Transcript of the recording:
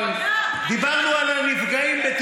אם את רוצה להגיד משהו, תגידי.